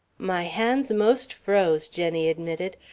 my hand's most froze, jenny admitted.